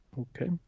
Okay